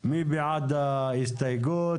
נכון, אני נותן לך על כל הסתייגות דקת דיבור.